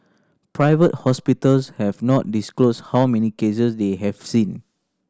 private hospitals have not disclosed how many cases they have seen